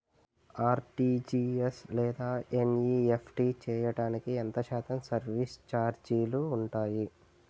RTGS లేదా NEFT చేయడానికి ఎంత శాతం సర్విస్ ఛార్జీలు ఉంటాయి?